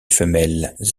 femelles